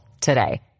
today